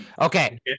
okay